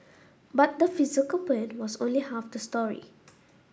but the physical pain was only half the story